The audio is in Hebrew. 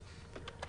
תודה.